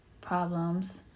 problems